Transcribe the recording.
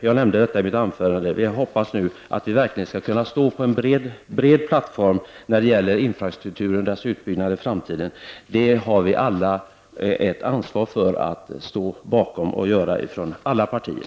Jag hoppas nu att vi verkligen skall kunna stå på en bred plattform när det gäller infrastrukturens utbyggnad i framtiden. Det är något som alla partier har ett ansvar för.